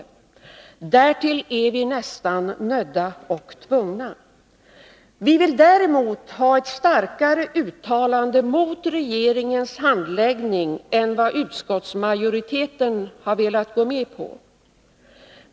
Därtill är vi nästan nödda och tvungna. Vi vill däremot ha ett starkare uttalande mot regeringens handläggning än vad utskottsmajoriteten har velat gå med på.